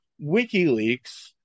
WikiLeaks